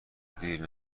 دیر